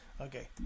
Okay